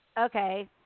okay